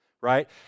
right